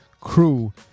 crew